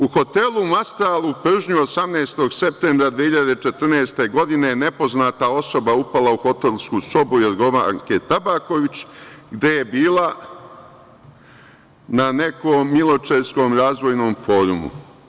U hotelu „Maestral“ u Pržnu, 18. septembra 2014. godine nepoznata osoba je upala u hotelsku sobu Jorgovanke Tabaković, gde je bila na nekom miločerskom razvojnom forumu.